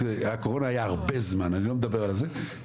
הקורונה הייתה הרבה זמן, אני לא מדבר על זה.